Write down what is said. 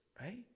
right